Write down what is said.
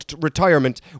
retirement